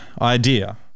idea